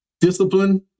Discipline